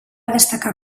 destacar